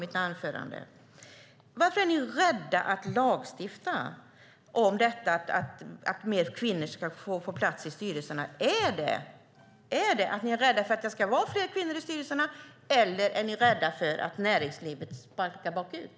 Varför är ni rädda för att lagstifta om att fler kvinnor ska få plats i styrelserna? Är ni rädda för att det ska vara fler kvinnor i styrelserna? Eller är ni rädda för att näringslivet sparkar bakut?